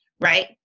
right